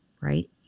right